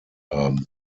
haben